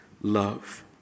love